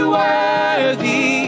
worthy